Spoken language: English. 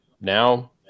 Now